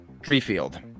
Treefield